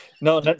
no